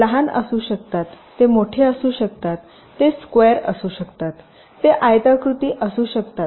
ते लहान असू शकतात ते मोठे असू शकतात ते स्कयेर असू शकतात ते आयताकृती असू शकतात